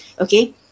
okay